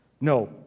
No